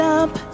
up